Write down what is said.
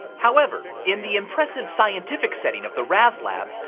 however, in the impressive scientific setting of the raz lab,